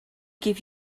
give